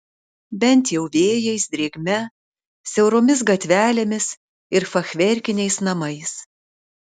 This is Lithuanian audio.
bent jau vėjais drėgme siauromis gatvelėmis ir fachverkiniais namais